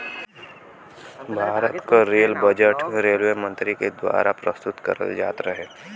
भारत क rail budget railway मंत्री के दवारा प्रस्तुत करल जात रहे